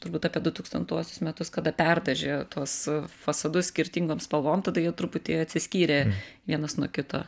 turbūt apie dutūkstantuosius metus kada perdažė tuos fasadus skirtingom spalvom tada jie truputį atsiskyrė vienas nuo kito